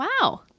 wow